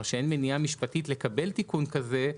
שאין מניעה משפטית לקבל תיקון כזה,